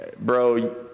bro